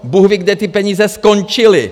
Bůhví kde ty peníze skončily!